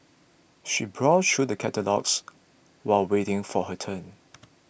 she browsed through the catalogues while waiting for her turn